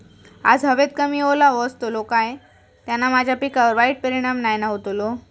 आज हवेत कमी ओलावो असतलो काय त्याना माझ्या पिकावर वाईट परिणाम नाय ना व्हतलो?